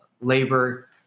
labor